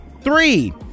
three